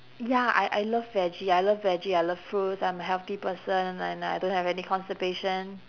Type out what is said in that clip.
ya I I love veggie I love veggie I love fruits I'm a healthy person and I I don't have any constipation